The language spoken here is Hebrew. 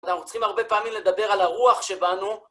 אנחנו צריכים הרבה פעמים לדבר על הרוח שבנו.